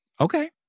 Okay